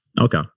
Okay